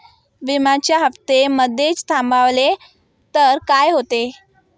विम्याचे हफ्ते मधेच थांबवले तर काय होते?